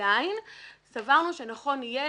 עדיין סברנו שנכון יהיה